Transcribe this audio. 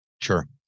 Sure